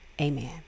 Amen